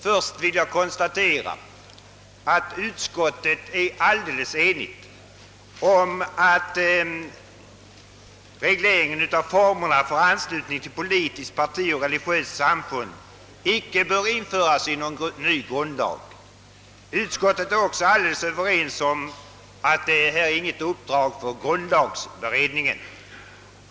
Först vill jag konstatera att utskoitei är enigt om att en reglering av formerna för anslutning till politiskt parti och religiöst samfund icke bör införas i någon ny grundlag. Utskottet är också helt enigt om att detta inte är något uppdrag för grundlagsberedningen.